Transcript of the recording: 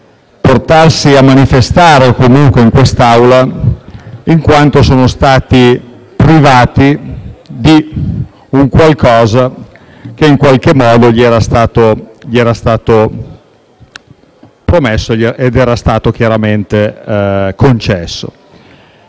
arrivare a manifestare in quest'Aula in quanto privati di qualcosa che in qualche modo gli era stato promesso ed era stato chiaramente concesso.